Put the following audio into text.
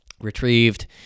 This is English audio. retrieved